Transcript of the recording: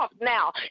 now